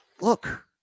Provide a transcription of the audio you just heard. Look